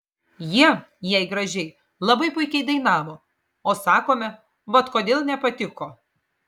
jie jei gražiai labai puikiai dainavo o sakome vat kodėl nepatiko